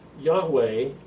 Yahweh